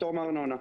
פטור מארנונה.